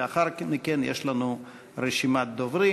לאחר מכן, יש לנו רשימת דוברים.